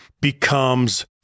becomes